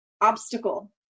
obstacle